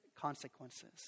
consequences